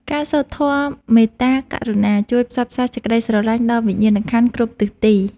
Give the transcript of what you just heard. ការសូត្រធម៌មេត្តាករុណា ជួយផ្សព្វផ្សាយសេចក្ដីស្រឡាញ់ដល់វិញ្ញាណក្ខន្ធគ្រប់ទិសទី។